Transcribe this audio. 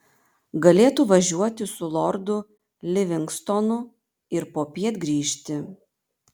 galėtų važiuoti su lordu livingstonu ir popiet grįžti